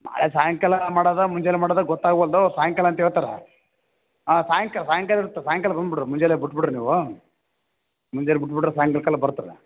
ನಾಳೆ ಸಾಯಂಕಾಲ ಮಾಡೋದಾ ಮುಂಜಾನೆ ಮಾಡೋದಾ ಗೊತ್ತಾಗವಲ್ದು ಸಾಯಂಕಾಲ ಅಂತ ಹೇಳ್ತಾರ ಹಾಂ ಸಾಂಯ್ಕ್ ಸಾಯಂಕಾಲ ಇರ್ತೆ ಸಾಯಂಕಾಲ ಬಂದ್ಬುಡ್ರಿ ಮುಂಜಾನೆ ಬುಟ್ಬುಡ್ರಿ ನೀವು ಮುಂಜಾನೆ ಬಿಟ್ಬಿಟ್ರೆ ಸಾಯಂಕಾಲಕ್ಕೆಲ್ಲ ಬರ್ತಿರ